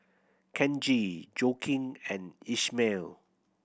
Kenji Joaquin and Ishmael